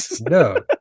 no